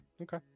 Okay